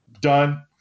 done